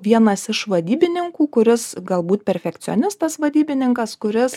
vienas iš vadybininkų kuris galbūt perfekcionistas vadybininkas kuris